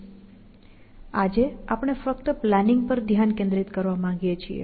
આપણે આજે ફક્ત પ્લાનિંગ પર ધ્યાન કેન્દ્રિત કરવા માંગીએ છીએ